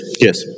yes